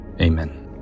Amen